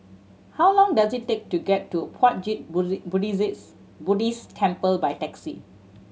how long does it take to get to Puat Jit Buddhist Temple by taxi